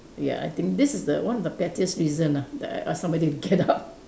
ya I think this is the one of the pettiest reasons ah that I ask somebody to get out